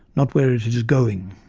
not where it it is going.